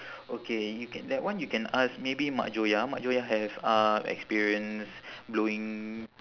okay you can that one you can ask maybe mak joya mak joya have uh experience blowing